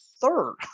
third